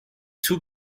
two